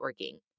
networking